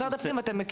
שני דברים שונים.